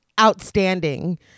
Outstanding